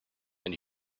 and